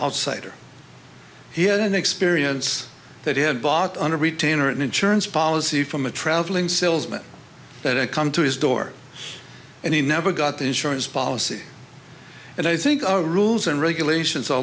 outsider he had an experience that he had bought on a retainer an insurance policy from a traveling salesman that come to his door and he never got insurance policy and i think our rules and regulations